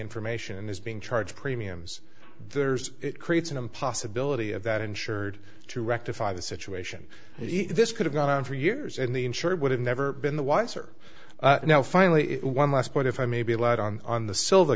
information is being charged premiums there's creates an impossibility of that insured to rectify the situation this could have gone on for years and the insurer would have never been the wiser now finally one last point if i may be allowed on the silver